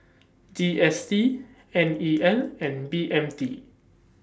G S T N E L and B M T